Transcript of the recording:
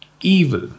evil